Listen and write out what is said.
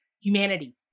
humanity